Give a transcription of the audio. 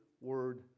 word